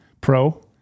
Pro